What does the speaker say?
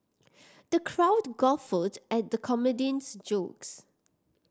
the crowd guffawed at the comedian's jokes